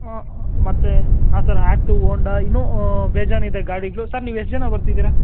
ಮತ್ತು ಹಾಂ sir active Honda ಇನ್ನು ಬೇಜಾನ್ ಇದೆ ಗಾಡಿಗಳು ನೀವು ಎಷ್ಟು ಜನ ಬರ್ತಿದ್ದೀರಾ